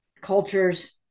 cultures